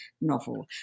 novel